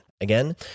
Again